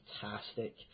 fantastic